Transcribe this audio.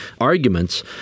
arguments